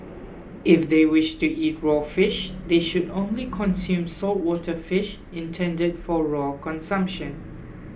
if they wish to eat raw fish they should only consume saltwater fish intended for raw consumption